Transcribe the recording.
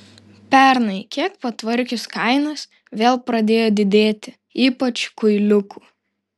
pernai kiek patvarkius kainas vėl pradėjo didėti ypač kuiliukų